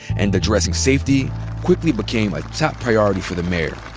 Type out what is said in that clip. and addressing safety quickly became a top priority for the mayor.